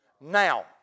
Now